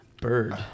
Bird